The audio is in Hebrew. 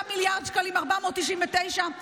79.499 מיליארד שקלים.